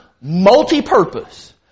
multi-purpose